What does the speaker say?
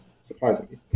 surprisingly